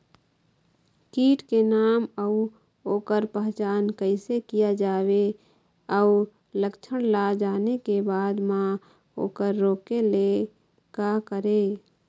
कीट के नाम अउ ओकर पहचान कैसे किया जावे अउ लक्षण ला जाने के बाद मा ओकर रोके ले का करें?